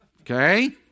Okay